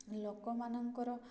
ଲୋକମାନଙ୍କର